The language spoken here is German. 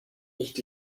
nicht